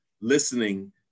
listening